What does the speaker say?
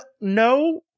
No